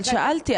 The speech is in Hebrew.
אבל שאלתי,